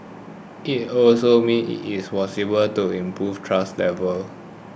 it also means it is to improve trust levels